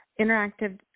interactive